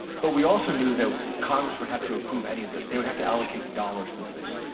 but we also knew that congress would have to approve any of this. they would have to allocate the dollars for this.